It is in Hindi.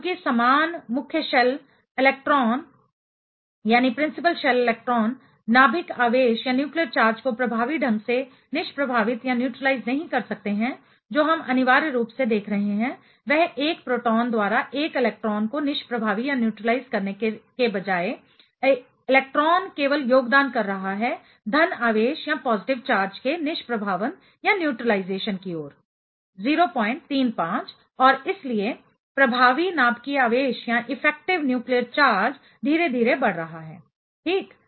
चूंकि समान मुख्य शेल इलेक्ट्रॉन नाभिक आवेश न्यूक्लियर चार्ज को प्रभावी ढंग से निष्प्रभावित न्यूट्रीलाइज नहीं कर सकते हैं जो हम अनिवार्य रूप से देख रहे हैं वह 1 प्रोटॉन द्वारा 1 इलेक्ट्रॉन को निष्प्रभावी न्यूट्रीलाइज करने के बजाय इलेक्ट्रॉन केवल योगदान कर रहा है धन आवेश पॉजिटिव चार्ज के निष्प्रभावन न्यूट्रलाइजेशन की ओर 035 और इसलिए प्रभावी नाभिकीय आवेश इफेक्टिव न्यूक्लियर चार्ज धीरे धीरे बढ़ रहा है ठीक